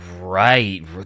right